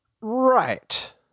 Right